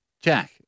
Jack